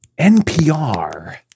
NPR